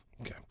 Okay